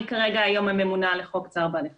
אני כרגע היום הממונה על חוק צער בעלי חיים.